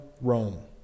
Rome